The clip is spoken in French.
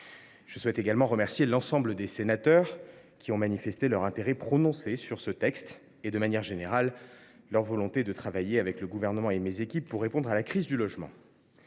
Je souhaite également remercier l’ensemble des sénateurs, qui ont manifesté leur intérêt prononcé sur ce texte et, de manière générale, leur volonté de travailler avec le Gouvernement et mes équipes pour répondre à la crise du logement.